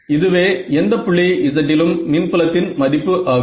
இதுவே எந்த புள்ளி z லும் மின் புலத்தின் மதிப்பு ஆகும்